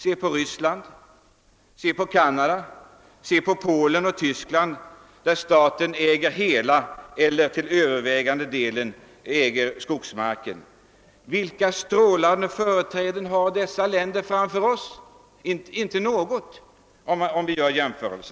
Se på Ryssland, se på Canada, se på Polen och Tyskland, där staten äger hela eller den övervägande delen av skogsmarken. Vilka strålande företräden har dessa länder framför oss? Inte något.